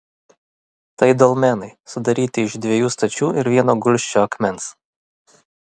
tai dolmenai sudaryti iš dviejų stačių ir vieno gulsčio akmens